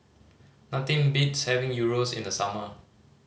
nothing beats having Gyros in the summer